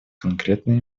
конкретные